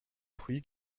fruits